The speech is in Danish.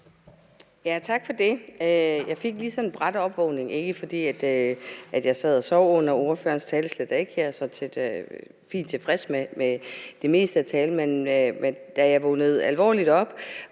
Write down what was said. Tak for det. Jeg fik lige sådan en brat opvågning, ikke fordi jeg sad og sov under ordførerens tale, slet ikke, jeg er sådan set fint tilfreds med det meste af talen. Men jeg vågnede alvorligt op,